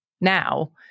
now